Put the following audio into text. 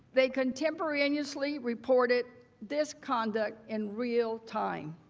they contemporaneously reported this conduct in real time.